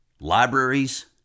libraries